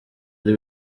ari